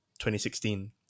2016